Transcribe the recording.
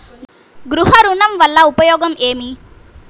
గృహ ఋణం వల్ల ఉపయోగం ఏమి?